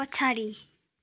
पछाडि